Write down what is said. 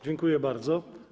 Dziękuję bardzo.